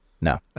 No